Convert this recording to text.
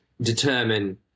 determine